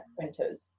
printers